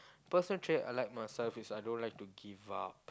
personal trait I like myself is I don't like to give up